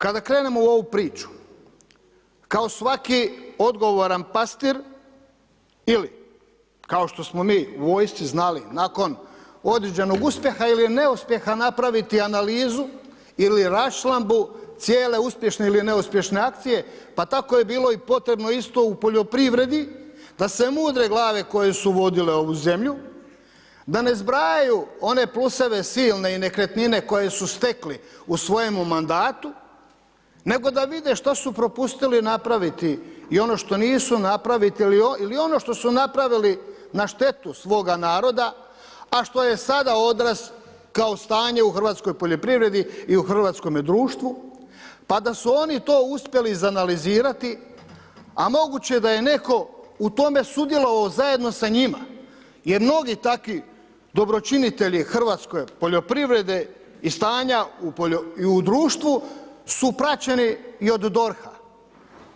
Kada krenemo u ovu priču, kao svaki odgovaran pastir, ili kao što smo mi u vojsci znali nakon određenog uspjeha ili neuspjeha napraviti analizu ili raščlambu cijele uspješne ili neuspješne akcije, pa tako je bilo i potrebno isto u poljoprivredi, da se mudre glave koje su vodile ovu zemlju, da ne zbrajaju one pluseve silne i nekretnine koje su stekli u svojemu mandatu, nego da vide što su propustili napraviti i ono što nisu napraviti ili ono što su napravili na štetu svoga naroda, a što je sada odraz kao stanje u hrvatskoj poljoprivredi i u hrvatskome društvu, pa da su oni to uspjeli iz analizirati, a moguće da je netko u tome sudjelovao zajedno sa njima, jer mnogi takvi dobročinitelji hrvatske poljoprivrede i stanja u društvu su praćeni i od DORH-a.